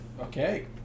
okay